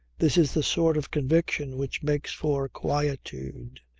this is the sort of conviction which makes for quietude.